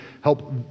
help